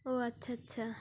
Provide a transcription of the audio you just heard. ও আচ্ছা আচ্ছা